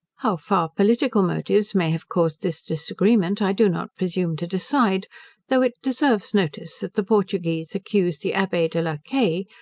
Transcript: how far political motives may have caused this disagreement, i do not presume to decide though it deserves notice, that the portuguese accuse the abbee de la caille,